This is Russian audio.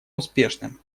успешным